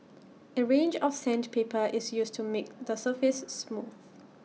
A range of sandpaper is used to make the surface smooth